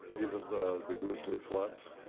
even the the grizzly flats?